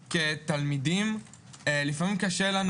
כתלמידים, לפעמים קשה לנו